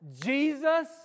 Jesus